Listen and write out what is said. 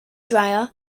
dryer